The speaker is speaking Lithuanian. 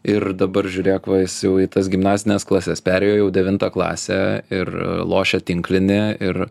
ir dabar žiūrėk va jis jau į tas gimnazines klases perėjo jau devintą klasę ir lošia tinklinį ir